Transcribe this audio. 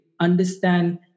understand